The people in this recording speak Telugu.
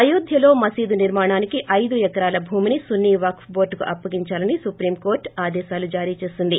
అయోధ్యలో మసీదు నిర్మాణానికి ఐదు ఎకరాల భూమిని సున్నీ వక్స్ బోర్టుకు అప్పగించాలని సుప్రీంకోర్లు ఆదేశాలు జారీ చేసింది